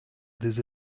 des